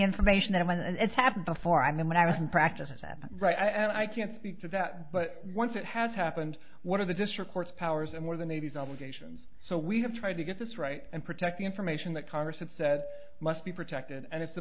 information and it's happened before i mean when i was in practice is that right and i can't speak to that but once it has happened what are the district courts powers and where the navy's obligations so we have tried to get this right and protect the information that congress had said must be protected and if the